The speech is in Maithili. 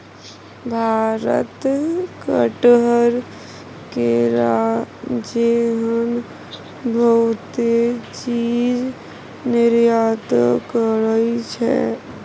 भारत कटहर, केरा जेहन बहुते चीज निर्यात करइ छै